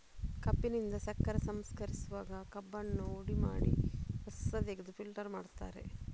ಕಬ್ಬಿನಿಂದ ಸಕ್ಕರೆ ಸಂಸ್ಕರಿಸುವಾಗ ಕಬ್ಬನ್ನ ಹುಡಿ ಮಾಡಿ ರಸ ತೆಗೆದು ಫಿಲ್ಟರ್ ಮಾಡ್ತಾರೆ